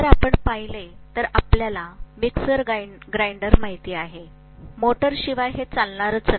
जर आपण पाहिले तर आपल्याला मिक्सर ग्राइंडर माहित आहे मोटरशिवाय हे चालणार नाही